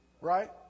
Right